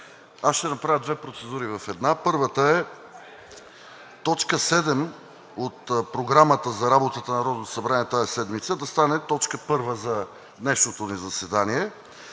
Аз ще направя две процедури в една. Първата е точка седма от Програмата за работата на Народното събрание тази седмица да стане точка първа за днешното ни заседание.